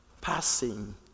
passing